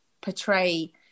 portray